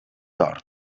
hort